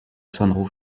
san